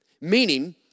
Meaning